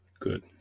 Good